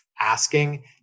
asking